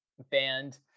band